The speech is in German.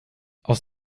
aus